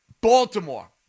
Baltimore